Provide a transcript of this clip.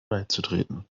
beizutreten